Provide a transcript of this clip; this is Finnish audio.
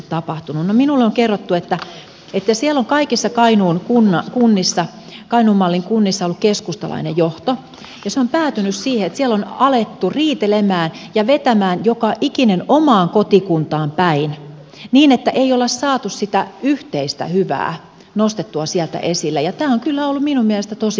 no minulle on kerrottu että siellä on kaikissa kainuun mallin kunnissa ollut keskustalainen johto ja tilanne on päätynyt siihen että siellä on alettu riidellä ja vetää joka ikinen omaan kotikuntaan päin niin että ei ole saatu sitä yhteistä hyvää nostettua sieltä esille ja tämä on kyllä ollut minun mielestäni tosi huolestuttavaa